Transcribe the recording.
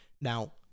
Now